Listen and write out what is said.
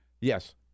Yes